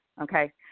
Okay